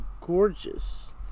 gorgeous